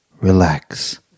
relax